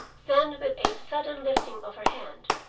then with a sudden lifting of her hand,